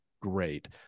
great